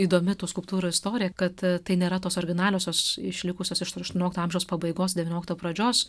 įdomi tų skulptūrų istorija kad tai nėra tos originaliosios išlikusios iš aštuoniolikto amžiaus pabaigos devyniolikto pradžios